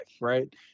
Right